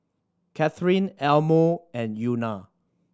Kathyrn Elmore and Euna